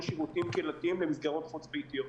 שירותים קהילתיים למסגרות חוץ ביתיות.